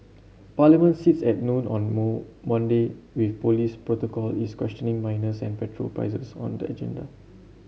parliament sits at noon on moon Monday with police protocol is questioning minors and petrol prices on the agenda